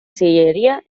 sillería